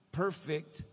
perfect